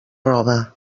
roba